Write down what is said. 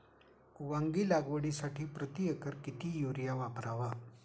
वांगी लागवडीसाठी प्रति एकर किती युरिया वापरावा?